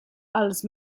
els